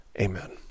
amen